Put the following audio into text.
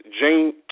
Jane